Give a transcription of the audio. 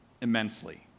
immensely